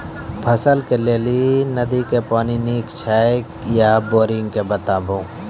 फसलक लेल नदी के पानि नीक हे छै या बोरिंग के बताऊ?